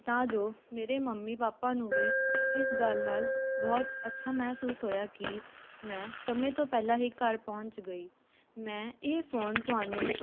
ਤਾਂ ਜੋ ਮੇਰੇ ਮੰਮੀ ਪਾਪਾ ਨੂੰ ਵੀ ਇਸ ਗੱਲ ਨਾਲ ਬਹੁਤ ਅੱਛਾ ਮਹਿਸੂਸ ਹੋਇਆ ਕਿ ਮੈਂ ਸਮੇਂ ਤੋਂ ਪਹਿਲਾਂ ਹੀ ਘਰ ਪਹੁੰਚ ਗਈ ਮੈਂ ਇਹ ਫ਼ੋਨ ਤੁਹਾਨੂੰ